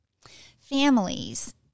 families